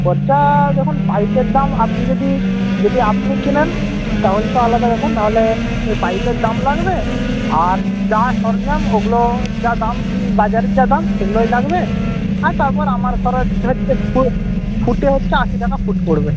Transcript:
খরচা যখন পাইপের দাম আপনি যদি যদি আপনি কেনেন তাহলে তো আলাদা ব্যাপার না হলে ওই পাইপের দাম লাগবে আর যা সরঞ্জাম ওগুলো যা দাম বাজারের যা দাম সেগুলোই লাগবে আর তারপর আমার খরচ হচ্ছে ফুটে হচ্ছে আশি টাকা ফুট পড়বে